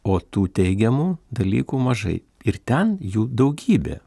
o tų teigiamų dalykų mažai ir ten jų daugybė